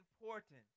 important